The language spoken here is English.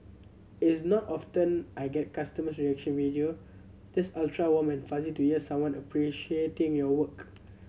it's not often I get a customer reaction video just ultra warm and fuzzy to hear someone appreciating your work